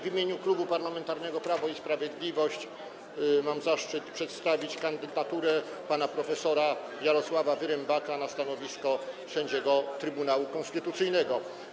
W imieniu Klubu Parlamentarnego Prawo i Sprawiedliwość mam zaszczyt przedstawić kandydaturę pana prof. Jarosława Wyrembaka na stanowisko sędziego Trybunału Konstytucyjnego.